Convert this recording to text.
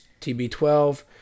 TB12